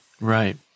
right